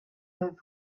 live